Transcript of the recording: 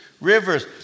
rivers